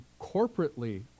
corporately